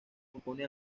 compone